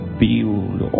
build